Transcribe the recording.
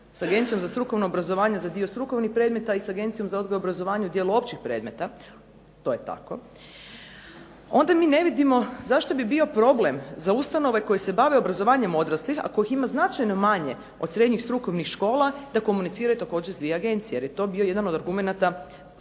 s Agencijom za strukovno obrazovanje za dio strukovnih predmeta i s Agencijom za odgoj i obrazovanje u dijelu općih predmeta, to je tako, onda mi ne vidimo zašto bi bio problem za ustanove koje se bave obrazovanjem odraslih a kojih ima značajno manje od srednjih strukovnih škola da komuniciraju također s dvije agencije jer je to bio jedan od argumenata